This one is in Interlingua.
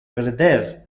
creder